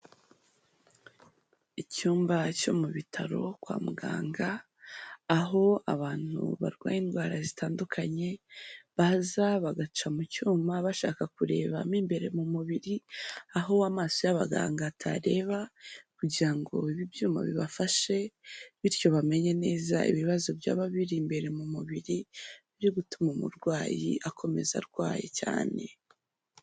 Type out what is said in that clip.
Icyumba cyo mu bitaro kwa muganga, aho abantu barwaye indwara zitandukanye baza bagaca mu cyuma bashaka kureba mu imbere mu mubiri, aho amasoso y'abaganga atareba kugira ngo ibi byuma bibafashe, bityo bamenye neza ibibazo byaba biri imbere mu mubiri byo gutuma umurwayi akomeza arwaye cyane.